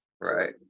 right